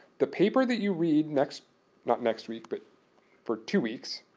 the paper that you read next not next week, but for two weeks,